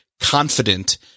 confident